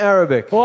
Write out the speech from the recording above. Arabic